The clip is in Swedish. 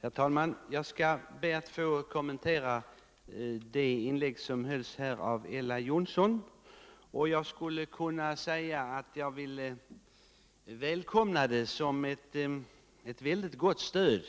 Herr talman! Jag skall be att få kommentera det inlägg som gjordes här av Ella Johnsson. Jag vill välkomna det som ett mycket gott stöd